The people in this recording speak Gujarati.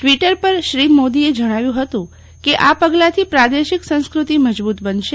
ટ્વીટર પર શ્રી મોદીએ જણાવ્યું હતું કે આ પગલાંથી પ્રાદેશિક સંસ્કૃતિ મજબૂત બનશે